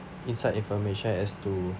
inside information as to